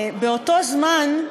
באותו זמן,